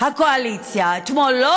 הקואליציה אתמול,